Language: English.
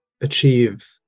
achieve